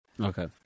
Okay